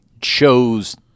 chose